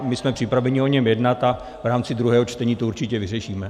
My jsme připraveni o něm jednat a v rámci druhého čtení to určitě vyřešíme.